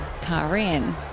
Karin